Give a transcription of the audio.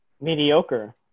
mediocre